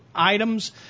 Items